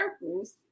circles